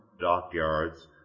dockyards